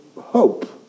hope